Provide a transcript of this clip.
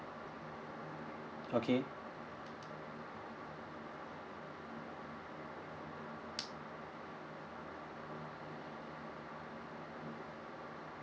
okay